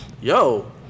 yo